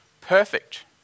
perfect